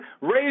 Raise